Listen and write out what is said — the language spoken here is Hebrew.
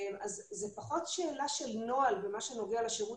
לכן זה פחות שאלה של נוהל במה שנוגע לשירות